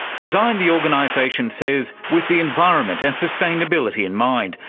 designed, the organisation says, with the environment and sustainability in mind,